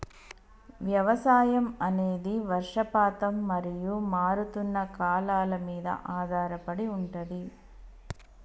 వ్యవసాయం అనేది వర్షపాతం మరియు మారుతున్న కాలాల మీద ఆధారపడి ఉంటది